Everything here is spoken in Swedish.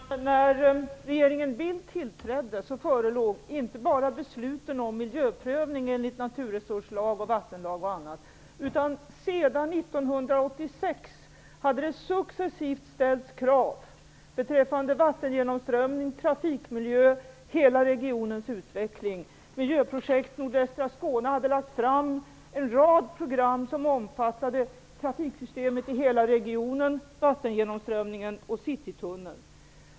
Fru talman! När regeringen Bildt tillträdde förelåg inte bara besluten om miljöprövning enligt naturresurslag, vattenlag och annat, utan sedan 1986 hade det successivt ställts krav beträffande vattengenomströmning, trafikmiljö och hela regionens utveckling. Miljöprojekt nordvästra Skåne hade lagt fram en rad program som omfattade trafiksystemet i hela regionen, vattengenomströmningen och Citytunneln.